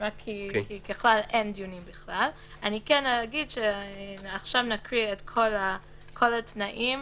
עכשיו נקריא את כל התנאים.